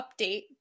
update